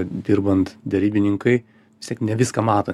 dirbant derybininkai vis tiek ne viską mato